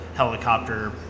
Helicopter